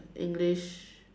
English